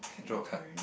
okay draw a card